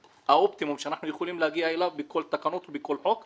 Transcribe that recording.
והאופטימום שאנחנו יכולים להגיע אליו בכל תקנות ובכל חוק,